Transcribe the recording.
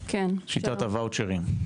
שיטת הוואוצ'רים.